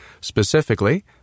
Specifically